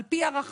על פי ערכיו,